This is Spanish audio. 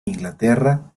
inglaterra